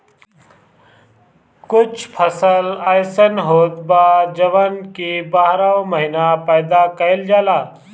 कुछ फसल अइसन होत बा जवन की बारहो महिना पैदा कईल जाला